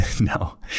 No